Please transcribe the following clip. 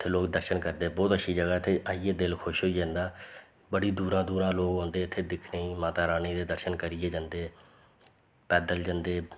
जित्थें लोक दर्शन करदे बोह्त अच्छी जगह् ते आइयै दिल खुश होई जंदा बड़ी दूरा दूरा लोक आंदे इत्थे दिक्खने गी माता रानी दे दर्शन करियै जंदे पैदल जंदे